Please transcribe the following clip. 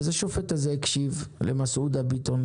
אז השופט הזה הקשיב למסעודה ביטון,